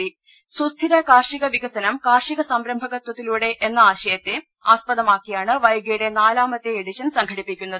സുസ്ഥിര കാർഷിക വികസനം കാർഷിക സംരം ഭകത്വത്തിലൂടെ എന്ന ആശയത്തെ ആസ്പദമാക്കിയാണ് വൈഗയുടെ നാലാമത്തെ എഡിഷൻ സംഘടിപ്പിക്കുന്നത്